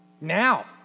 Now